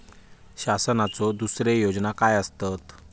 शासनाचो दुसरे योजना काय आसतत?